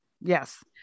yes